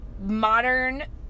modern